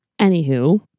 Anywho